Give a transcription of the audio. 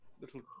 little